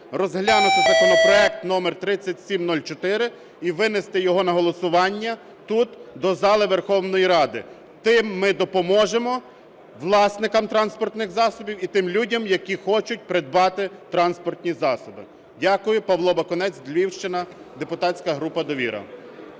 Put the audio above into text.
розглянути законопроект номер 3704 і винести його на голосування тут до зали Верховної Ради. Тим ми допоможемо власникам транспортних засобів і тим людям, які хочуть придбати транспортні засоби. Дякую. Павло Бакунець, Львівщина, депутатська група "Довіра".